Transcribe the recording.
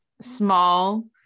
small